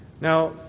now